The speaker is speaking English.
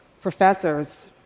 professors